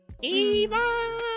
Eva